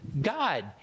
God